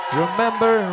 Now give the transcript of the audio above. remember